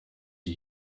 die